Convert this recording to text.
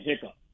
hiccup